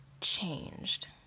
changed